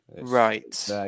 right